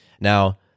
Now